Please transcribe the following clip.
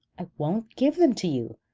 i won't give them to you.